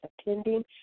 attending